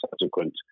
subsequent